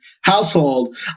household